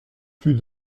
plus